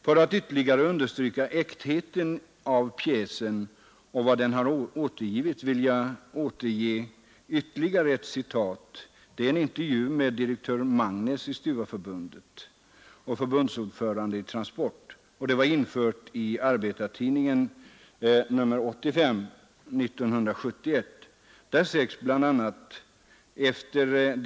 För att ytterligare understryka äktheten av pjäsen och vad den har återgivit vill jag läsa upp ytterligare ett citat. Det är ur en inervju med direktör Magnäs i Stuvareförbundet och förbundsordföranden i Transportarbetareförbundet. Intervjun var införd i Arbetar-Tidningen nr 85 1971.